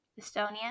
Estonia